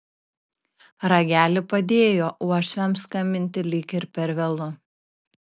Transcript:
ragelį padėjo uošviams skambinti lyg ir per vėlu